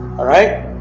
alright